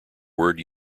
word